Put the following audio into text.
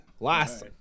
Last